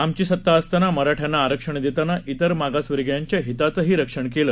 आमची सता असताना मराठ्याना आरक्षण देताना इतर मागासवर्गीयांच्या हिताचंही रक्षण केलं